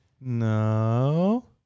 No